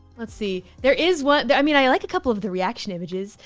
let's see. there is one. i mean, i like a couple of the reaction images.